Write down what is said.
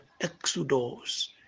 Exodus